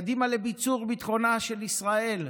קדימה לביצור ביטחונה של ישראל,